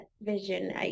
vision